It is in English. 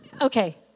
okay